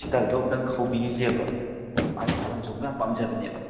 ꯁꯤꯇꯜꯗꯨ ꯑꯃꯨꯛꯇꯪ ꯍꯧꯕꯤꯒꯤꯁꯦꯕ ꯃꯥꯁꯨ ꯊꯥꯕꯜ ꯆꯣꯡꯕꯗꯨ ꯌꯥꯝ ꯄꯥꯝꯖꯕꯅꯦꯕ